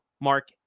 Mark